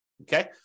okay